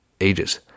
ages